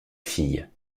fille